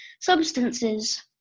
substances